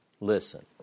listen